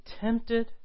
tempted